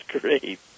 great